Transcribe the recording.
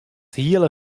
hiele